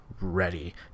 ready